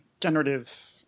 generative